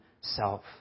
self